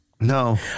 No